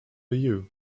you